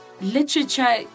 literature